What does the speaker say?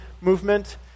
movement